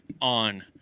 on